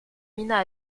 mina